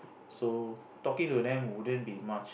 so talking to them wouldn't be much